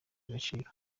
agaciro